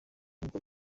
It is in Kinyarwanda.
ubwo